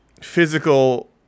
physical